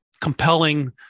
compelling